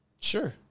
Sure